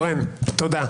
תודה.